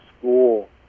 school